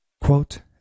Quote